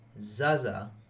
Zaza